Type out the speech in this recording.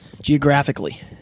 geographically